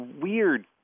weird